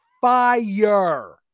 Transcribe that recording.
fire